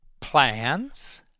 Plans